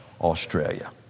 Australia